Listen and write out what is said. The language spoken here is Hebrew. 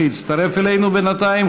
שהצטרף אלינו בינתיים,